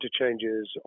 interchanges